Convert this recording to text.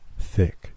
thick